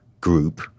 group